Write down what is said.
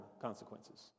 consequences